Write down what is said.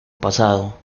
pasado